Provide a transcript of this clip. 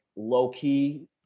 low-key